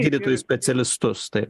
gydytojus specialistus taip